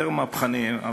יותר מהפכניים,